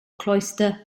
cloister